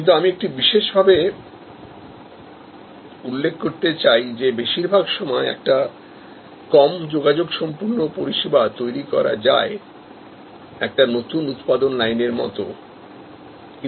কিন্তু আমি একটু বিশেষ ভাবে উল্লেখ করতে চাই যে বেশিরভাগ সময় এমন কোন পরিষেবা যেখানে কন্টাক্ট কম থাকে সেটা এভাবে তৈরি করা যায় যেভাবে আমরা কোন নতুন ম্যানুফ্যাকচারিং লাইন তৈরি করি